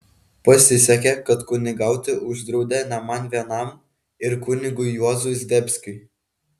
pasisekė kad kunigauti uždraudė ne man vienam ir kunigui juozui zdebskiui